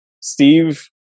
Steve